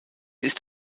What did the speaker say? ist